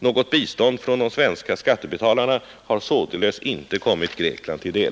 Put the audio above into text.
Något bistånd från de svenska skattebetalarna har således inte kommit Grekland till del.